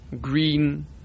green